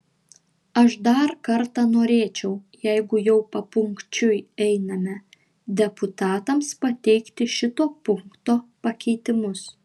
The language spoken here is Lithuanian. aš dar kartą norėčiau jeigu jau papunkčiui einame deputatams pateikti šito punkto pakeitimus